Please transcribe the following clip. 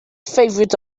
favorite